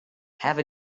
have